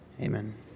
Amen